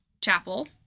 Chapel